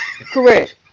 Correct